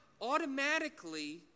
automatically